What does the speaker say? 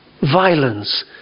violence